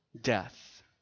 death